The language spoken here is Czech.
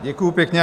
Děkuju pěkně.